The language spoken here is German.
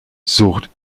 sucht